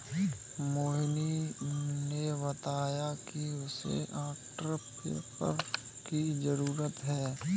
मोहिनी ने बताया कि उसे आर्ट पेपर की जरूरत है